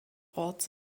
orts